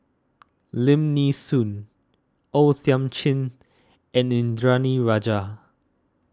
Lim Nee Soon O Thiam Chin and Indranee Rajah